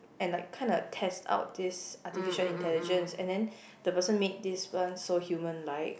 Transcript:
and like kind of test out this artificial intelligence and then the person made this one so human like